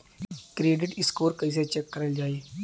Credit score कइसे check करल जायी?